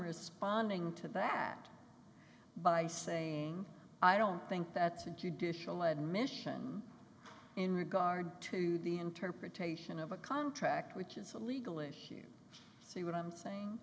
responding to backed by saying i don't think that's a judicial admission in regard to the interpretation of a contract which is a legal issue here see what i'm saying